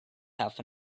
half